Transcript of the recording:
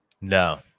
no